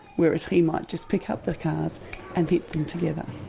whereas he might just pick up the cars and hit together.